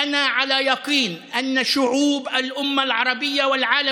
(אומר בערבית: אני סמוך ובטוח שעמי האומה הערבית והעולם